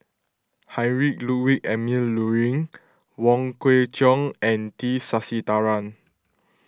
Heinrich Ludwig Emil Luering Wong Kwei Cheong and T Sasitharan